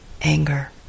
anger